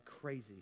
crazy